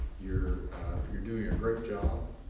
you're you're doing a great job.